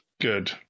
Good